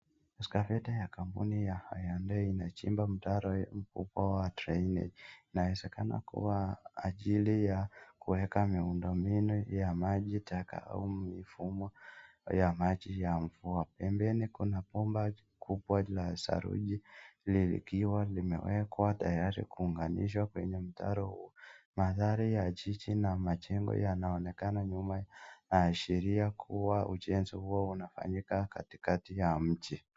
Excavator ya kampuni ya Hyundai inachimba mtaro mkubwa wa drainage . Inawezekana kuwa ajili ya kuweka miundombinu ya maji taka au mifumo ya maji ya mvua. Pembeni kuna bomba kubwa la saruji likiwa limewekwa tayari kuunganishwa kwenye mtaro huo. Mandhari ya jiji na majengo yanaonekana nyuma inaasheria kuwa ujenzi huo unafanyika katikati ya mji.